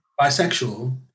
bisexual